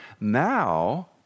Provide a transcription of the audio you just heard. Now